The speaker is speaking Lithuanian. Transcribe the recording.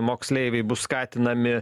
moksleiviai bus skatinami